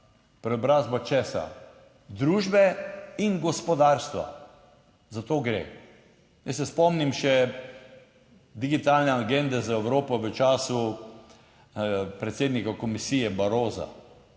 Preobrazba, česa? Družbe in gospodarstva. Za to gre. Jaz se spomnim še digitalne agende za Evropo v času predsednika komisije Barrosa.